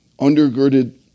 undergirded